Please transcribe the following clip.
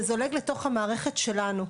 זה זולג לתוך המערכת שלנו,